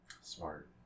Smart